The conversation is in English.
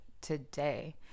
today